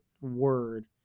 word